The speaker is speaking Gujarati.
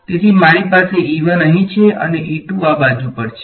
તેથી મારી પાસે છે અહી છે અને આ બાજુ છે